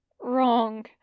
wrong